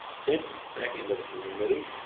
sent back into the community,